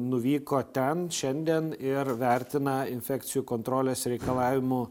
nuvyko ten šiandien ir vertina infekcijų kontrolės reikalavimų